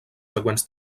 següents